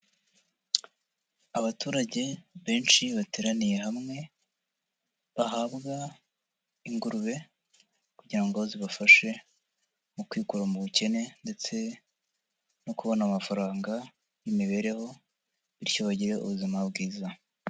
Abaturage benshi bateraniye hamwe, bahabwa ingurube kugira ngo zibafashe mu kwikura mu bukene ndetse no kubona amafaranga y'imibereho bityo bagire ubuzima bwiza.